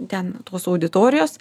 ten tos auditorijos